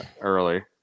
early